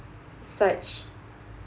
such